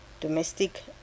domestic